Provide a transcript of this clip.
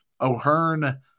O'Hearn